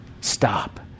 Stop